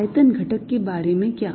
आयतन घटक के बारे में क्या